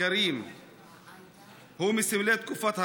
המוסחראתי הוא מסמלי תקופת הרמדאן.